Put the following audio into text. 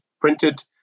printed